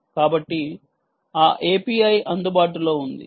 కాబట్టి ఆ API అందుబాటులో ఉంది